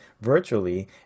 virtually